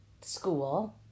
school